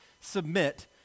submit